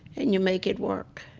and you make it work.